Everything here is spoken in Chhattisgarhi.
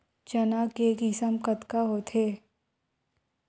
चना के किसम कतका होथे?